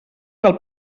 del